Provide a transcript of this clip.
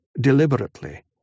deliberately